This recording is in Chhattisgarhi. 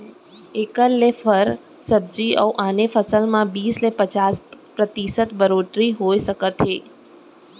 एखर ले फर, सब्जी अउ आने फसल म बीस ले पचास परतिसत बड़होत्तरी हो सकथे